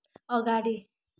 अगाडि